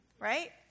right